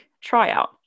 tryout